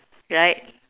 right